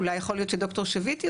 ד"ר שביט,